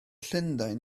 llundain